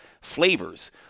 flavors